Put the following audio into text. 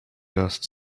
dust